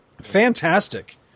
Fantastic